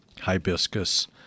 hibiscus